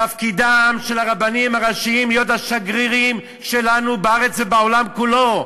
תפקידם של הרבנים הראשיים להיות השגרירים שלנו בארץ ובעולם כולו.